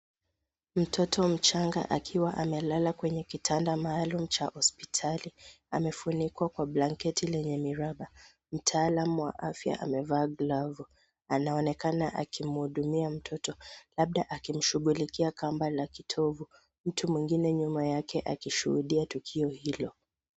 Mtoto mchanga akiwa amelala kwenye kitanda maalumu cha hospitali. Amefunikwa kwa blanketi lenye miraba. Mtaalam wa afya amevaa glavu. Anaonekana akimhudumia mtoto. Labda akimshughulikia kamba la kitovu. Mtu mwingine nyuma yake akishuhudia tukio hilo.